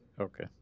Okay